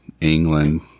England